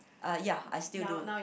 ah ya I still do